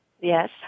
Yes